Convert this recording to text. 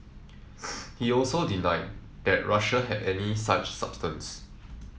he also denied that Russia had any such substance